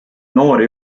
noori